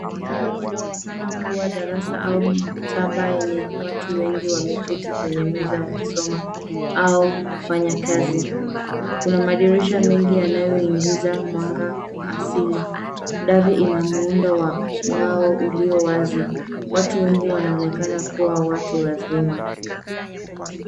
Chumba kinaonakana kuwa madarasa au maktaba yenye watu wengi wameketi kwenye meza wakisoma au kufanya kazi. Kuna madirisha mengi yanayoingiza mwanga wa asili. Dari ina muundo wa mbao ulio wazi. Watu wengi wanaonekana kuwa watu wazima.